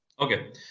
Okay